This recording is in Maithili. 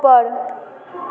उपर